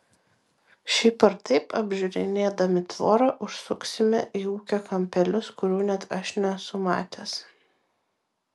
šiaip ar taip apžiūrinėdami tvorą užsuksime į ūkio kampelius kurių net aš nesu matęs